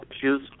issues